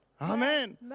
Amen